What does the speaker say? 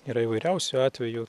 yra įvairiausių atvejų